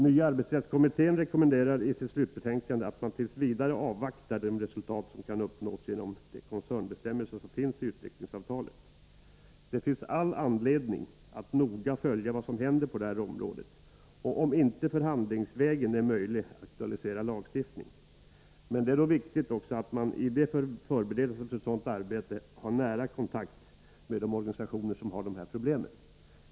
Nya arbetsrättskommittén rekommenderar i sitt slutbetänkande att man tills vidare avvaktar de resultat som kan uppnås genom de koncernbstämmelser som finns i utvecklingsavtalet. Det finns all anledning att noga följa vad som händer på det här området, och om inte förhandlingsvägen är möjlig, aktualisera lagstiftning. Men det är då viktigt att man i förberedelserna för ett sådant arbete har nära kontakt med de organisationer som har de här problemen.